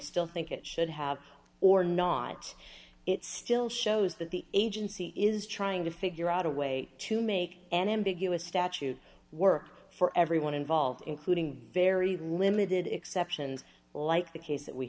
still think it should have or not it still shows that the agency is trying to figure out a way to make an ambiguous statute work for everyone involved including very limited exceptions like the case that we